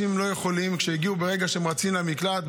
ברגע שאנשים רצים למקלט,